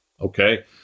okay